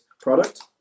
product